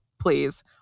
please